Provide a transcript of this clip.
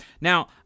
Now